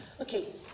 Okay